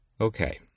Okay